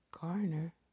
Garner